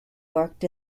worked